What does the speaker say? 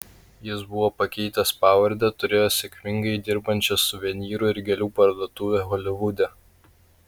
jis buvo pakeitęs pavardę turėjo sėkmingai dirbančią suvenyrų ir gėlių parduotuvę holivude